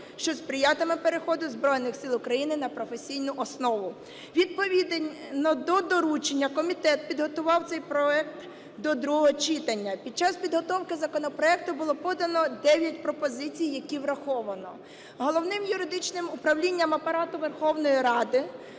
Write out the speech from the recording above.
що сприятиме переходу Збройних Сил України на професійну основу. Відповідно до доручення комітет підготував цей проект до другого читання. Під час підготовки законопроекту було подано 9 пропозицій, які враховано. Головним юридичним управлінням Апарату Верховної Ради